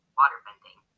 waterbending